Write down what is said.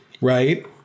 right